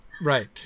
right